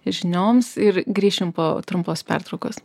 žinioms ir grįšim po trumpos pertraukos